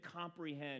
comprehend